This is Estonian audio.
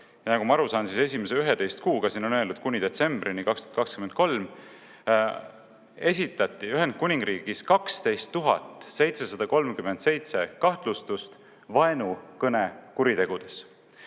– nagu ma aru saan, siis esimese 11 kuuga, siin on öelnud, et kuni detsembrini 2023 – esitati Ühendkuningriigis 12 737 kahtlustust vaenukõnekuritegudes.